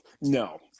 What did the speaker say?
No